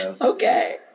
Okay